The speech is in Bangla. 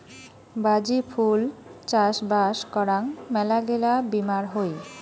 বাজি ফুল চাষবাস করাং মেলাগিলা বীমার হই